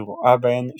היא רואה בהן שותפות.